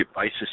basis